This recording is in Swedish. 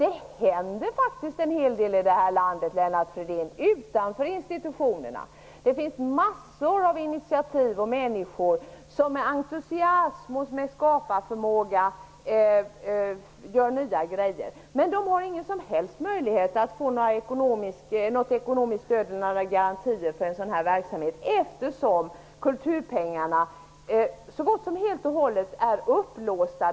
Det händer faktiskt en hel del i det här landet utanför institutionerna, Lennart Fridén. Det finns massor av initiativ och människor som med entusiasm och skaparförmåga gör nya saker. Men de har ingen som helst möjlighet att få något ekonomiskt stöd eller några garantier för sin verksamhet, eftersom kulturpengarna så gott som helt och hållet är upplåsta.